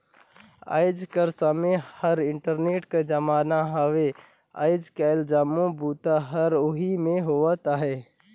आएज कर समें हर इंटरनेट कर जमाना हवे आएज काएल जम्मो बूता हर ओही में होवत अहे